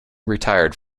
retired